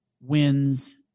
wins